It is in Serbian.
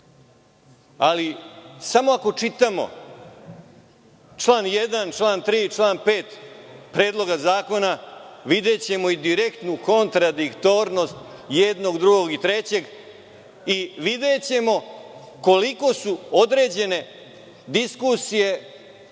ali samo ako čitamo čl. 1, 3. i 5. Predloga zakona videćemo direktnu kontradiktornost jednog, drugog i trećeg i videćemo koliko su određene diskusije